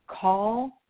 Call